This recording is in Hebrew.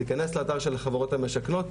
תיכנס לאתר של החברות המשכנות,